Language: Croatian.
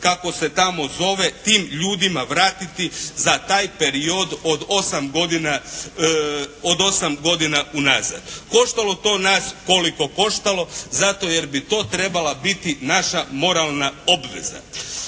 kako se tamo zove tim ljudima vratiti za taj period od osam godina unazad koštalo to nas koliko koštalo zato jer bi to trebala biti naša moralna obveza.